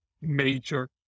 major